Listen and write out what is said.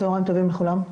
צוהריים טובים לכולם.